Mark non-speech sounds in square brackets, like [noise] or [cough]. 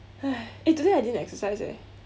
[noise] eh today I didn't exercise eh